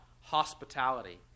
hospitality